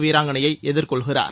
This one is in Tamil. வீராங்கனையை எதிர்கொள்கிறார்